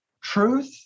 truth